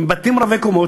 עם בתים רבי-קומות,